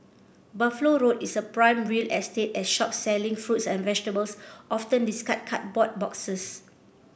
Buffalo Road is a prime real estate as shops selling fruits and vegetables often discard cardboard boxes